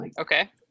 Okay